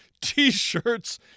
t-shirts